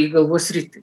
į galvos sritį